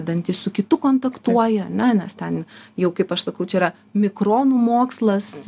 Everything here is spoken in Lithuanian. dantis su kitu kontaktuoja ar ne nes ten jau kaip aš sakau čia yra mikronų mokslas